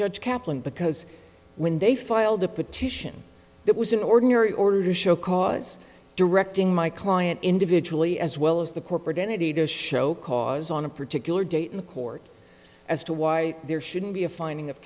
judge kaplan because when they filed a petition that was an ordinary order to show cause directing my client individually as well as the corporate entity to show cause on a particular date in the court as to why there shouldn't be a finding of